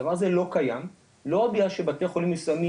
הדבר הזה לא קיים, לא מפני שבתי חולים מסוימים